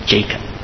Jacob